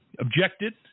objected